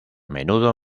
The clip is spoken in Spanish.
menudo